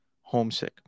homesick